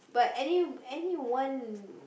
but any anyone